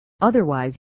Otherwise